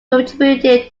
contributed